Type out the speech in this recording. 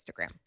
Instagram